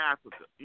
Africa